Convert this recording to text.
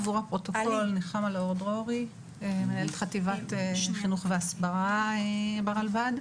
אני מנהלת חטיבת חינוך והסברה ברלב"ד.